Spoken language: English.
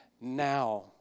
now